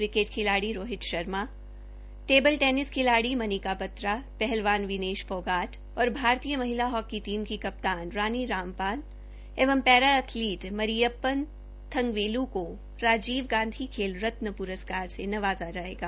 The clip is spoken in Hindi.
किकेट खिलाड़ी रोहित शर्मा टेबल टेनिस खिलाड़ी मनिका बत्रा पहलवान विनेश फोगाट और भारतीय महिला हॉकी टीम की कप्तान रानी रामपाल एवं पैरा एथलीट मरियप्पन थंगवेलु को राजीव गांधी खेल रत्न पुरस्कार से नवाजा जायेगा